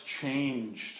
changed